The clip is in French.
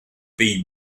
pays